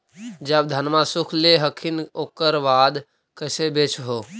जब धनमा सुख ले हखिन उकर बाद कैसे बेच हो?